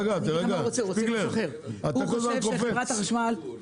קודם כול,